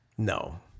No